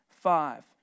Five